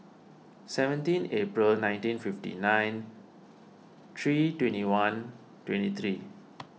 seventeen April nineteen fifty nine three twenty one twenty three